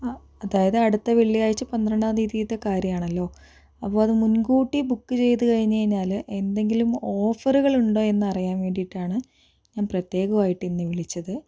അതായത് അടുത്ത വെള്ളിയാഴ്ച പന്ത്രണ്ടാം തിയ്യതീത്തെ കാര്യം ആണല്ലോ അപ്പോൾ അത് മുൻകൂട്ടി ബുക്ക് ചെയ്തു കഴിഞ്ഞ് കഴിഞ്ഞാൽ എന്തെങ്കിലും ഓഫറുകൾ ഉണ്ടോയെന്ന് അറിയാൻ വേണ്ടിയിട്ടാണ് ഞാൻ പ്രത്യേകമായിട്ട് ഇന്ന് വിളിച്ചത്